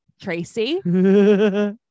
Tracy